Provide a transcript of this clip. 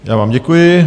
Já vám děkuji.